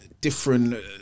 different